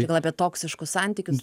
gal apie toksiškus santykius